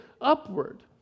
upward